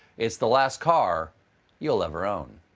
it's the last car you'll ever own.